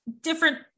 different